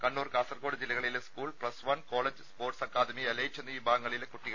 കണ്ണൂർ കാസർകോഡ് ജില്ലകളിലെ school plus one college sports academy elite എന്നീ വിഭാഗങ്ങളിലെ കുട്ടികൾക്ക് പങ്കെടുക്കാം